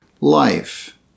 Life